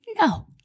No